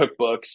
cookbooks